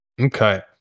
Okay